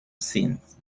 seance